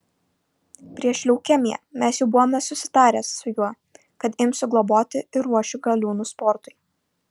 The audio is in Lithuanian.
prieš leukemiją mes jau buvome susitarę su juo kad imsiu globoti ir ruošiu galiūnus sportui